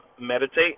Meditate